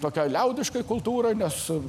tokiai liaudiškai kultūrai nes